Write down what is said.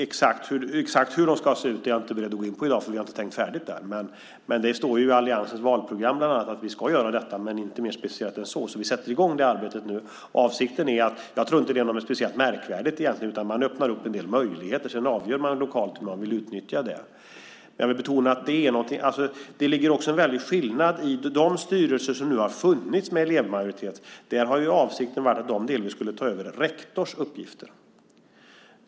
Exakt hur de ska se ut är jag inte beredd att gå in på i dag, för vi har inte tänkt färdigt. Det står i alliansens valprogram bland annat att vi ska göra detta, men det är inte mer specificerat än så. Vi sätter i gång det arbetet nu. Jag tror inte att det är något speciellt märkvärdigt egentligen, utan man öppnar upp en del möjligheter. Sedan avgör man lokalt om man vill utnyttja dem. Jag vill betona att det också finns en väldig skillnad. När det gäller de styrelser som nu har funnits med elevmajoritet har ju avsikten varit att de delvis skulle ta över rektors uppgifter.